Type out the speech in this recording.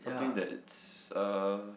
something that it's uh